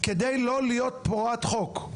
כדי לא להיות פורעת חוק.